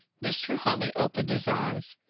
mr. huntley opened his eyes.